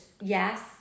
yes